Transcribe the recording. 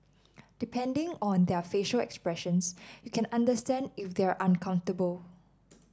depending on their facial expressions you can understand if they are uncomfortable